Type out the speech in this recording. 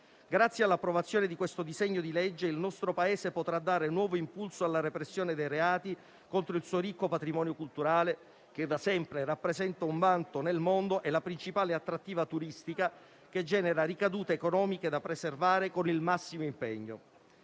Grazie all'approvazione di questo disegno di legge, il nostro Paese potrà dare nuovo impulso alla repressione dei reati contro il suo ricco patrimonio culturale che da sempre rappresenta un vanto nel mondo e la principale attrattiva turistica che genera ricadute economiche da preservare con il massimo impegno.